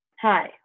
Hi